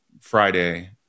Friday